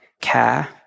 care